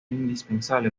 indispensable